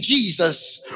Jesus